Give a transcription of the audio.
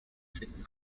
since